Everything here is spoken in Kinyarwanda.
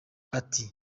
ati